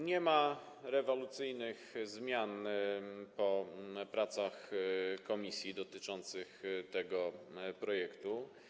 Nie ma rewolucyjnych zmian po pracach komisji dotyczących tego projektu.